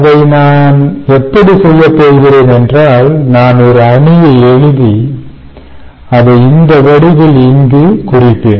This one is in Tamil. அதை நான் எப்படி செய்யப் போகிறேன் என்றால் நான் ஒரு அணியை எழுதி அதை இந்த வடிவில் இங்கு குறிப்பேன்